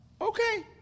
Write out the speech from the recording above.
okay